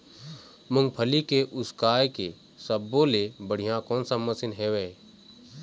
मूंगफली के उसकाय के सब्बो ले बढ़िया कोन सा मशीन हेवय?